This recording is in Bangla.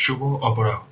শুভ অপরাহ্ন